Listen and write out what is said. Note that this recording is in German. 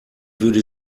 würde